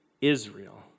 Israel